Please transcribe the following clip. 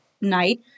night